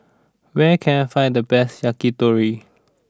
where can I find the best Yakitori